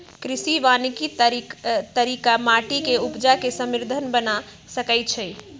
कृषि वानिकी तरिका माटि के उपजा के समृद्ध बना सकइछइ